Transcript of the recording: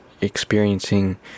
experiencing